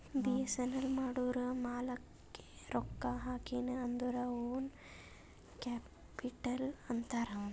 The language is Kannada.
ಬಿಸಿನ್ನೆಸ್ ಮಾಡೂರ್ ಮಾಲಾಕ್ಕೆ ರೊಕ್ಕಾ ಹಾಕಿನ್ ಅಂದುರ್ ಓನ್ ಕ್ಯಾಪಿಟಲ್ ಅಂತಾರ್